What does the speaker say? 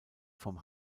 vom